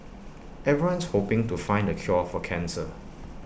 everyone's hoping to find the cure for cancer